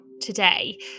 today